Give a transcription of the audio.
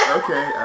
okay